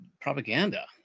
propaganda